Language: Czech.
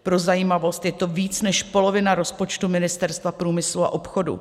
Pro zajímavost, je to víc než polovina rozpočtu Ministerstva průmyslu a obchodu.